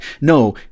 No